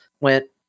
went